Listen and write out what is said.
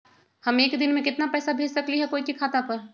हम एक दिन में केतना पैसा भेज सकली ह कोई के खाता पर?